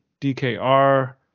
DKR